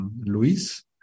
Luis